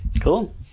Cool